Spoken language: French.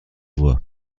voix